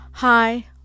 Hi